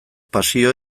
pasio